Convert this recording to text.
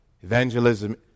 Evangelism